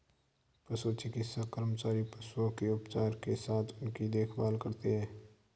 पशु चिकित्सा कर्मचारी पशुओं के उपचार के साथ उनकी देखभाल करते हैं